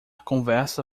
conversa